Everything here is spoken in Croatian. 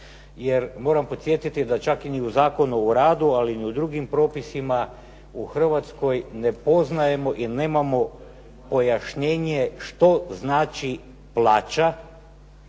Jer, moram podsjetiti da čak ni u Zakonu o radu, ali ni u drugim propisima u Hrvatskoj ne poznajemo i nemamo pojašnjenje što znači plaća,